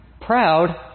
proud